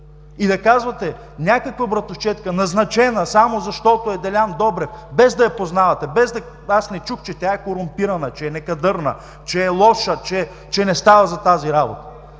и да казвате: някаква братовчедка, назначена само защото е Делян Добрев, без да я познавате. Не чух, че тя е корумпирана, че е некадърна, че е лоша, че не става за тази работа.